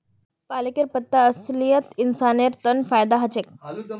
पालकेर पत्ता असलित इंसानेर तन फायदा ह छेक